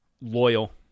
loyal